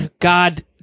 God